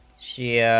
she